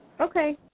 Okay